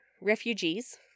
refugees